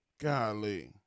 Golly